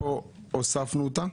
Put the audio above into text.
הוספנו אותה,